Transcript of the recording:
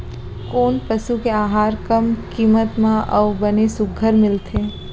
कोन पसु के आहार कम किम्मत म अऊ बने सुघ्घर मिलथे?